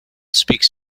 speaks